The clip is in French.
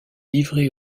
livré